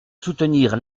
soutenir